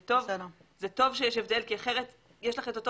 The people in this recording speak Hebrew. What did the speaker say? זה טוב שיש הבדל כי אחרת יש לך את אותו